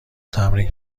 تمرین